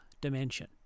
dimension